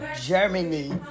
Germany